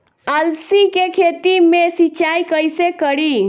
अलसी के खेती मे सिचाई कइसे करी?